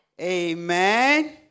Amen